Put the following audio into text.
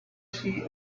say